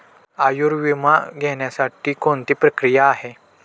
आयुर्विमा घेण्यासाठी कोणती प्रक्रिया आहे?